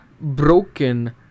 broken